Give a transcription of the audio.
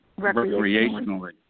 recreationally